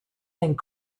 and